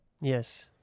Yes